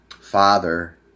father